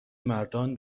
مردان